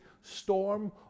storm